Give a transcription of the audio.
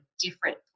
different